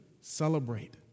celebrate